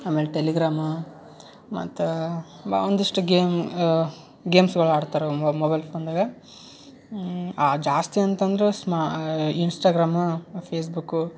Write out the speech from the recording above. ಆಮೇಲೆ ಟೆಲಿಗ್ರಾಮ ಮತ್ತು ಒಂದಿಷ್ಟು ಗೇಮ್ ಗೇಮ್ಸ್ಗಳು ಆಡ್ತಾರೆ ಮೊಬೈಲ್ ಫೋನ್ದಾಗ ಜಾಸ್ತಿ ಅಂತಂದ್ರೆ ಸ್ಮಾ ಇನ್ಸ್ಟಾಗ್ರಾಮ ಫೇಸ್ಬುಕ್ಕು